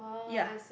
ya